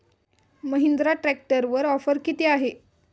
महिंद्रा ट्रॅक्टरवर ऑफर किती आहे?